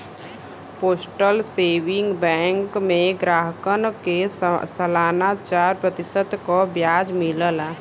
postal saving bank में ग्राहकन के सलाना चार प्रतिशत क ब्याज मिलला